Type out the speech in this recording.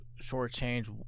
shortchange